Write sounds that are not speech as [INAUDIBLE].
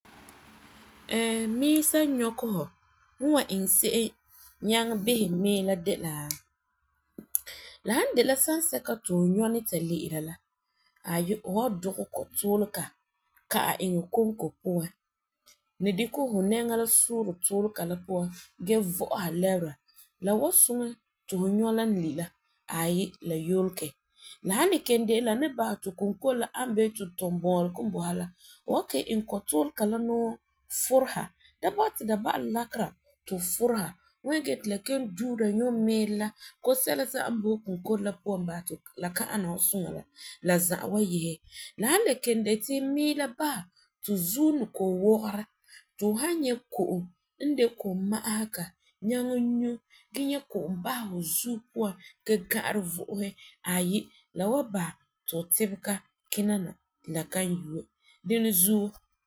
[HESITATION] miɔ san nyɔkɛ fu, fum n wan iŋɛ se'em nyaŋɛ bisɛ mɔi la de la; la san de la sansɛka ti fu nyɔa ni ta li'ira la, aayi, fu wa dugɛ kotuulega ka'ɛ iŋɛ konko puan in dikɛ fu nɛŋa la sure tuulega la puan gee vo'osa lebera la wan suŋɛ ti fu nyɔa la n li la ayi, la yuregɛ. La san in kelum dɛna la ni basɛ ti fu kunkore ana bee tintɔbuulegɔ n boti sa la, fu wan kelum iŋɛ kotuulega la nuu furesa da basɛ ti la ba'am lakera ti fu furesa, fu wan nyɛ ti la kelum duula nyɔ-miirɔ la koo sɛla za'a n boti fu kunkore la puan basɛ ti la ka ana fu suŋa la, la za'a wan yese la san kelum le de ti miɔ la basɛ ti fu zuo ni kɔ'ɔm wagers ti fu san nyɛ ko'om n de koma'aga nyaŋɛ nyu gee nyɛ ko'om basɛ fu zuo puan gee nyɛ nɛŋa gã'arɛ vo'ose ayi, la wan basɛ ti fu tibega kina na ti la kan yue dinɛ zuo.